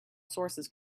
sources